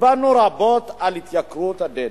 דיברנו רבות על התייקרות הדלק.